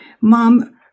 Mom